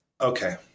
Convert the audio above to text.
Okay